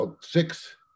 six